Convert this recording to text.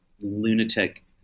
lunatic